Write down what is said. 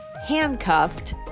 handcuffed